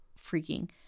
freaking